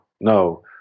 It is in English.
No